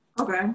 okay